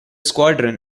squadron